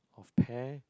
of pear